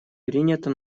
принято